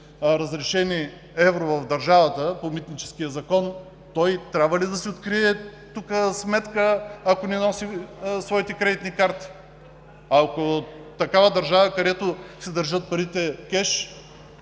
разрешени в държавата по Митническия закон, той трябва ли да си открие тук сметка, ако не носи своите кредитни карти? Ако е от такава държава, където си държат парите кеш?